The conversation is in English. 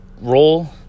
roll